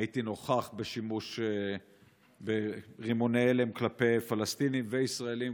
הייתי נוכח בשימוש ברימוני הלם כלפי פלסטינים וישראלים.